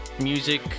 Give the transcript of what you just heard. music